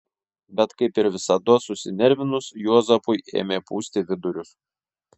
bet kaip ir visados susinervinus juozapui ėmė pūsti vidurius